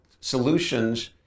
solutions